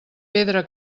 pedra